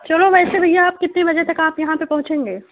چلو ویسے بھیا آپ کتی بجے تک آپ یہاں پہ پہنچیں گے